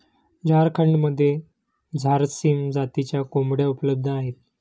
झारखंडमध्ये झारसीम जातीच्या कोंबड्या उपलब्ध आहेत